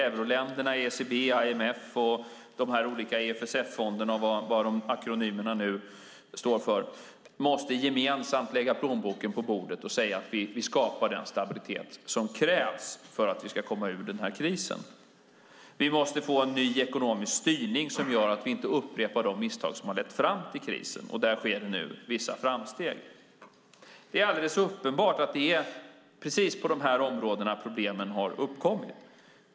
Euroländerna, ECB, IMF och de olika EFSF-fonderna, och allt vad dessa akronymer står för, måste gemensamt lägga plånboken på bordet och säga att de skapar den stabilitet som krävs för att komma ut ur krisen. Vi måste få en ny ekonomisk styrning som gör att vi inte upprepar de misstag som har lett fram till krisen. Där sker det nu vissa framsteg. Det är alldeles uppenbart att det är precis på dessa områden problemen har uppkommit.